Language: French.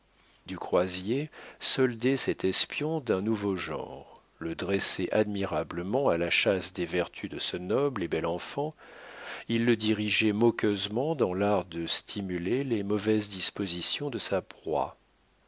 du croisier soldait cet espion d'un nouveau genre le dressait admirablement à la chasse des vertus de ce noble et bel enfant il le dirigeait moqueusement dans l'art de stimuler les mauvaises dispositions de sa proie